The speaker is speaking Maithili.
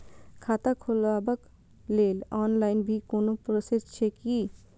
खाता खोलाबक लेल ऑनलाईन भी कोनो प्रोसेस छै की?